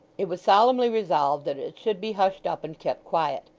it was solemnly resolved that it should be hushed up and kept quiet.